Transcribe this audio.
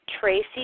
Tracy